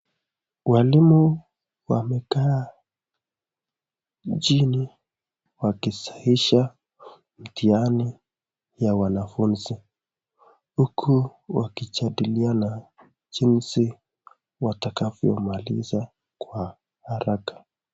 Walimu wamekaa chini wakisahihisha mitihani ya wanafunzi huku wakijadiliana jinsi watakavyomaliza kwa haraka.